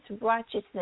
righteousness